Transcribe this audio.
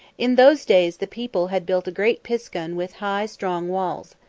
in those days the people had built a great piskun with high, strong walls.